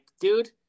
dude